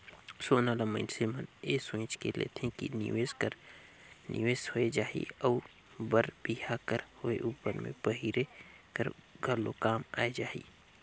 सोना ल मइनसे मन ए सोंएच के लेथे कि निवेस कर निवेस होए जाही अउ बर बिहा कर होए उपर में पहिरे कर घलो काम आए जाही